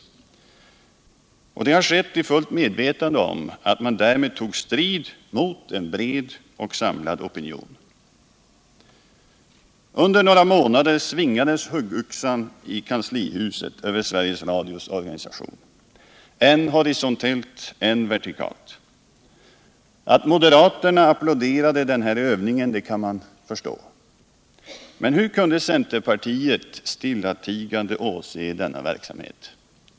Detta har skett i fullt medvetande om att man därmed tog strid mot en bred och samlad opinion. Under några månader svingades huggyxan i kanslihuset över Sveriges Radios organisation — än horisontellt, än vertikalt. Att moderaterna applåderade denna övning kan man förstå. Men hur kunde centerpartiet stillatigande åse denna verksamhet?